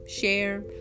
share